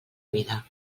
vida